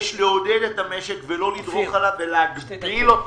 יש לעודד את המשק ולא להגביל אותו.